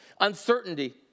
Uncertainty